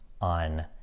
on